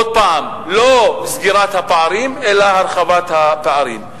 עוד פעם, לא סגירת הפערים אלא הרחבת הפערים.